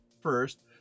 first